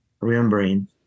remembering